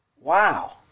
Wow